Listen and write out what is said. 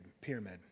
pyramid